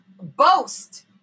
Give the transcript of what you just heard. boast